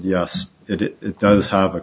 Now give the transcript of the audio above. yes it does have a